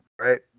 right